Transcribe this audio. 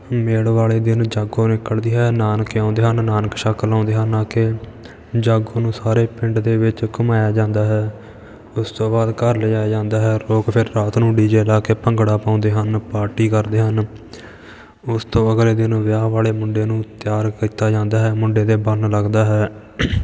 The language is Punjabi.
ਮੇਲ ਵਾਲੇ ਦਿਨ ਜਾਗੋ ਨਿਕਲਦੀ ਹੈ ਨਾਨਕੇ ਆਉਂਦੇ ਹਨ ਨਾਨਕ ਛੱਕ ਲਾਉਂਦੇ ਹਨ ਆ ਕੇ ਜਾਗੋ ਨੂੰ ਸਾਰੇ ਪਿੰਡ ਦੇ ਵਿੱਚ ਘੁੰਮਾਇਆ ਜਾਂਦਾ ਹੈ ਉਸ ਤੋਂ ਬਾਅਦ ਘਰ ਲਿਜਾਇਆ ਜਾਂਦਾ ਹੈ ਲੋਕ ਫੇਰ ਰਾਤ ਨੂੰ ਡੀ ਜੇ ਲਾ ਕੇ ਭੰਗੜਾ ਪਾਉਂਦੇ ਹਨ ਪਾਰਟੀ ਕਰਦੇ ਹਨ ਉਸ ਤੋਂ ਅਗਲੇ ਦਿਨ ਵਿਆਹ ਵਾਲੇ ਮੁੰਡੇ ਨੂੰ ਤਿਆਰ ਕੀਤਾ ਜਾਂਦਾ ਹੈ ਮੁੰਡੇ ਦੇ ਬੰਨ ਲੱਗਦਾ ਹੈ